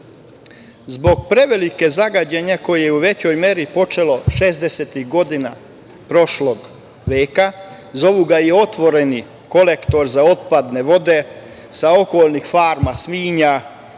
prevelikog zagađenja koji je u većoj meri počelo šezdesetih godina prošlog veka zovu ga i otvoreni kolektor za otpadne vode sa okolnih farmi svinja